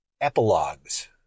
epilogues